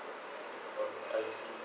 oh I see